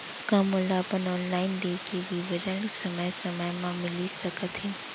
का मोला अपन ऑनलाइन देय के विवरण समय समय म मिलिस सकत हे?